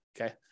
Okay